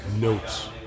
notes